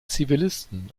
zivilisten